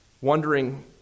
wondering